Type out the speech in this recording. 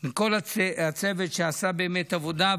ולכל הצוות, שעשה באמת עבודה.